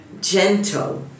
gentle